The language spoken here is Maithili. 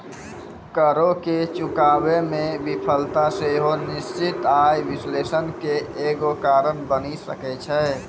करो के चुकाबै मे विफलता सेहो निश्चित आय विश्लेषणो के एगो कारण बनि सकै छै